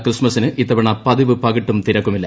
ക്രിസ്മസിന് ഇത്തവണ പതിവ് പകിട്ടും തിരക്കുമില്ല